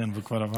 זה כבר עבר.